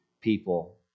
people